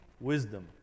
wisdom